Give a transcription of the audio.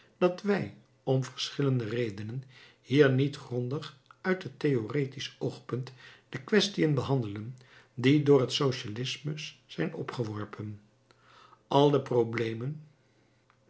dat wij om verschillende redenen hier niet grondig uit het theoretisch oogpunt de quaestiën behandelen die door het socialismus zijn opgeworpen al de problemen